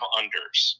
unders